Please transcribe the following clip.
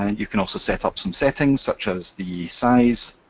and you can also set up some settings such as the size,